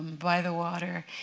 by the water.